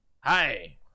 Hi